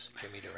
Jimmy